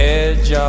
edge